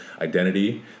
identity